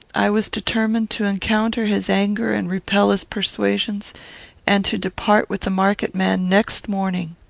i was determined to encounter his anger and repel his persuasions and to depart with the market-man next morning.